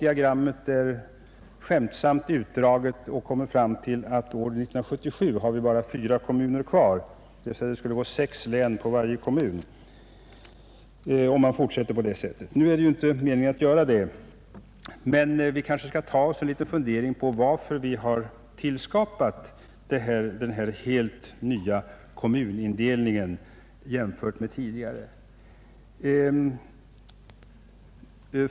Diagrammet är på skämt utdraget till år 1977, då det bara skulle finnas 4 kommuner kvar, dvs. det skulle gå 6 län på varje kommun, om utvecklingen fortsätter på detta sätt. Vi bör kanske ta oss en liten funderare över varför vi har tillskapat denna helt nya kommunindelning.